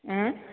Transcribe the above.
ଆଁ